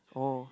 oh